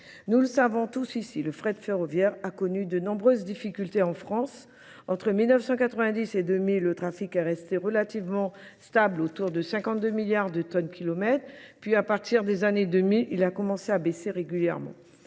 Nous le savons tous ici, le fret ferroviaire a connu de nombreuses difficultés en France. Entre 1990 et 2000, le trafic a resté relativement stable, autour de 52 milliards de tonnes kilomètres. Puis, à partir des années 2000, il a commencé à baisser régulièrement.